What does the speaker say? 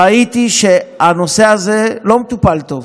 ראיתי שהנושא הזה לא מטופל טוב,